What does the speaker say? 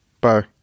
Bye